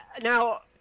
Now